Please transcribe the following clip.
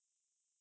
mmhmm